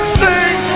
sing